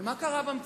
אבל מה קרה במציאות?